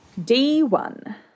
D1